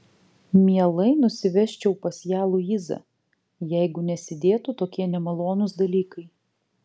mielai nusivežčiau pas ją luizą jeigu nesidėtų tokie nemalonūs dalykai